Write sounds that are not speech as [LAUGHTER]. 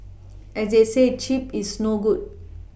as they say cheap is no good [NOISE]